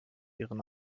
ihren